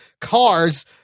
cars